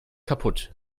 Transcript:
kaputt